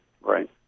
right